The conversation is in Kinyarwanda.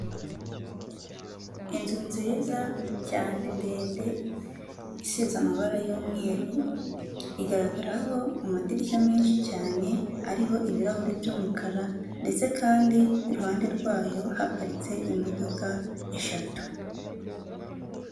Inzu nziza cyane ndende isize amabara y'umweru igaragaraho amadirishya menshi cyane ariho ibirahuri by'umukara ndetse kandi iruhande rwayo haparitse imodoka eshatu.